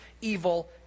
evil